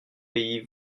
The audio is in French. pays